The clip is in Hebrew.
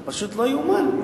זה פשוט לא ייאמן.